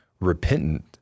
repentant